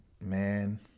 man